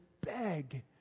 beg